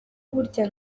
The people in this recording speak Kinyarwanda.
burya